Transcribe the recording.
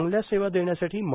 चांगल्या सेवा देण्यासाठी म